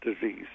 disease